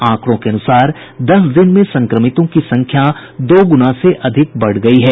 आंकड़ों के अनुसार दस दिन में संक्रमितों की संख्या दोगुना से अधिक बढ़ गयी है